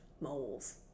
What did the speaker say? moles